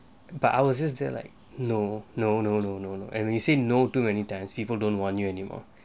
but I was there like no no no no no no and when you say no too many times people don't want you anymore